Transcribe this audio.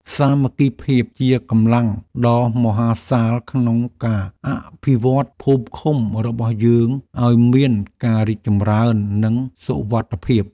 សាមគ្គីភាពជាកម្លាំងដ៏មហាសាលក្នុងការអភិវឌ្ឍភូមិឃុំរបស់យើងឱ្យមានការរីកចម្រើននិងសុវត្ថិភាព។